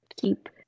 keep